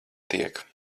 tiek